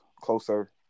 closer